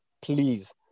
Please